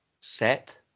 set